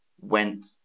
went